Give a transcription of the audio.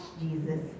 Jesus